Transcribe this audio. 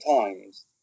times